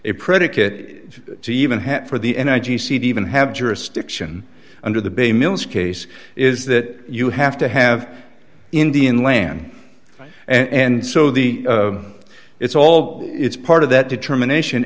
a predicate to even hat for the energy seed even have jurisdiction under the bay mills case is that you have to have indian land and so the it's all it's part of that determination